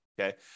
Okay